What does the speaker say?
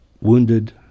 wounded